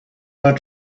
are